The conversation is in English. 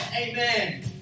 Amen